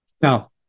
now